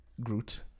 Groot